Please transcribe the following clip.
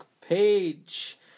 page